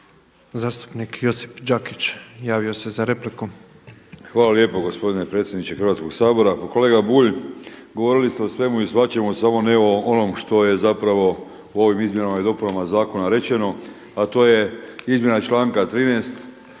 Hvala lijepo gospodine predsjedniče Hrvatskog sabora. Pa kolega Bulj, govorili ste o svemu i svačemu samo ne o onom što je zapravo u ovim izmjenama i dopunama Zakona rečeno, a to je izmjena članka 13.